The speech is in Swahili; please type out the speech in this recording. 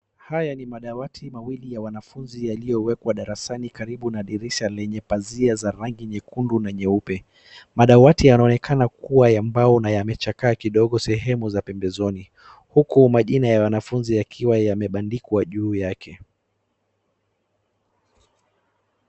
Haya ni madawati mawili ya wanafunzi yaliyowekwa darasani karibu na dirisha lenye pazia za rangi nyekundu na nyeupe. Madawati yanaonekana kuwa ya mbao na yamechakaa kidogo sehemu za pembezoni, huku majina ya wanafunzi yakiwa yamebandikwa juu yake.